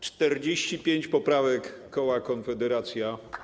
45 poprawek koła Konfederacja.